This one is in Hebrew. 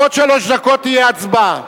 בעוד שלוש דקות תהיה הצבעה.